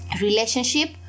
relationship